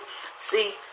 See